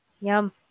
Yum